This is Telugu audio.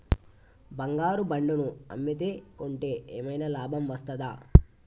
బంగారు బాండు ను అమ్మితే కొంటే ఏమైనా లాభం వస్తదా?